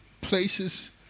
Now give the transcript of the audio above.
places